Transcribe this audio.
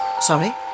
Sorry